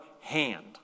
hand